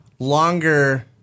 Longer